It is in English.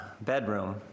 bedroom